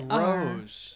rose